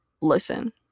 listen